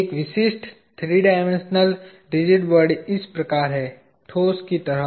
एक विशिष्ट 3 dimensional rigid body इस प्रकार है ठोस की तरह